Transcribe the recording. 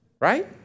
right